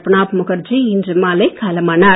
பிரணாப் முகர்ஜி இன்று மாலை காலமானார்